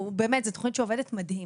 באמת, זאת תוכנית שעובדת מדהים.